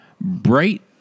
bright